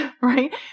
right